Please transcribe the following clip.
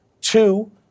Two